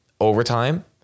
overtime